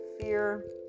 fear